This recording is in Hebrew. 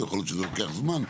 יכול להיות שזה לוקח זמן.